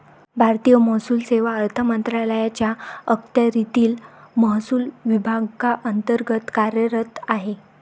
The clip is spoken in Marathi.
भारतीय महसूल सेवा अर्थ मंत्रालयाच्या अखत्यारीतील महसूल विभागांतर्गत कार्यरत आहे